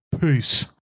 peace